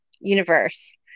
universe